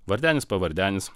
vardenis pavardenis